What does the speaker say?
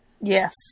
Yes